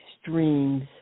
streams